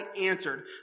answered